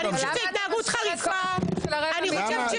אני חושבת שזו התנהגות חמורה --- אבל למה אתה משחיר את כל